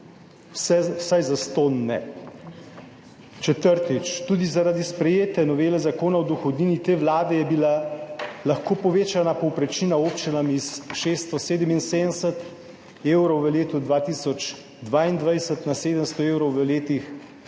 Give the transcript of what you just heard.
vsaj zastonj ne. Četrtič. Tudi zaradi sprejete novele Zakona o dohodnini te vlade je bila lahko povečana povprečnina občinam s 677 evrov v letu 2022 na 700 evrov v letu 2023